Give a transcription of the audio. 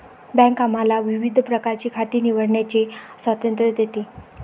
bank आम्हाला विविध प्रकारची खाती निवडण्याचे स्वातंत्र्य देते